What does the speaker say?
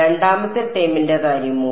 രണ്ടാമത്തെ ടേമിന്റെ കാര്യമോ